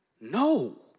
No